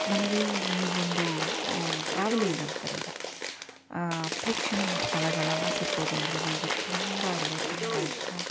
ನನಗೆ ಈ ಒಂದು ಟ್ರಾವ್ಲಿಂಗ್ ಅಂತಾರಲ್ಲ ಪ್ರೇಕ್ಷಣೀಯ ಸ್ಥಳಗಳನ್ನು ಸುತ್ತೋದು ಅಂದರೆ ನನಗೆ ತುಂಬ ಅಂದರೆ ತುಂಬ ಇಷ್ಟ